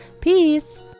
Peace